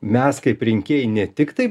mes kaip rinkėjai ne tiktai